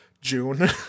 June